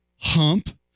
hump